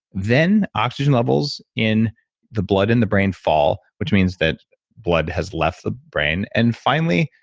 then oxygen levels in the blood and the brain fall, which means that blood has left the brain and finally,